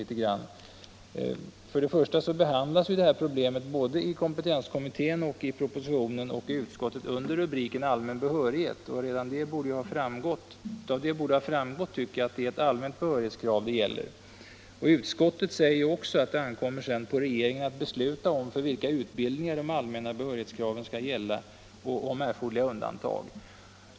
Problemet behandlas i kompetenskommittén, i propositionen och i utskottet under rubriken allmän behörighet. Redan av det borde ha framgått att det är ett allmänt behörighetskrav det gäller. Utskottet säger också att det ankommer på regeringen att besluta för vilka utbildningar det allmänna behörighetskravet skall gälla samt om erforderliga undantag.